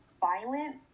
violent